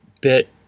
bit